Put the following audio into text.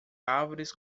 árvores